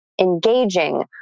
engaging